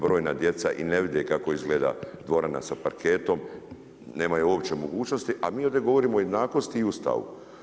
Brojna djeca i ne vide kako izgleda dvorana sa parketom, nemaju uopće mogućnosti a mi ovdje govorimo o jednakosti i Ustavu.